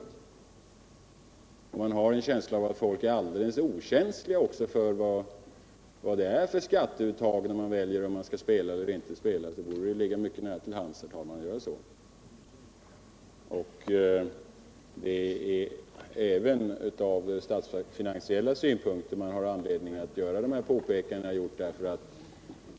Om man tror att människorna när de väljer olika spelformer är alldeles okänsliga för vad det är för skatteuttag på olika spel, så borde det ligga nära till hands att göra så. Även med hänsyn till statsfinansiella synpunkter har jag anledning att göra de påpekanden som jag nu gjort.